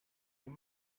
your